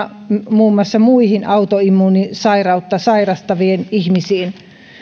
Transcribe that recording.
muun muassa muihin autoimmuunisairautta sairastaviin ihmisiin